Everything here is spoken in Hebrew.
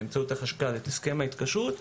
באמצעות החשכ"ל את הסכם ההתקשרות,